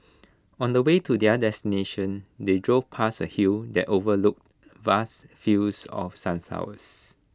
on the way to their destination they drove past A hill that overlooked vast fields of sunflowers